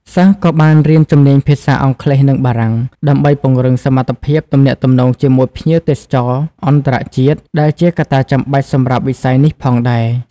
សិស្សក៏បានរៀនជំនាញភាសាអង់គ្លេស និងបារាំង ដើម្បីពង្រឹងសមត្ថភាពទំនាក់ទំនងជាមួយភ្ញៀវទេសចរណ៍អន្តរជាតិ ដែលជាកត្តាចាំបាច់សម្រាប់វិស័យនេះផងដែរ។